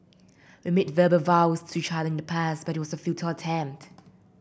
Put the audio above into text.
we made verbal vows to each other in the past but it was a futile attempt